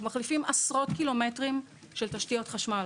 אנחנו מחליפים עשרות קילומטרים של תשתיות חשמל,